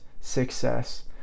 success